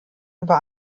über